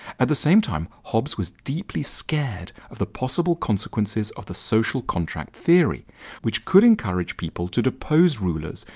at the same time, hobbes was deeply scared of the possible consequenzes of the social contract theory wich could incourage people to to oppose rulers,